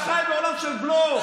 בגלל שאתה חי בעולם של בלוף.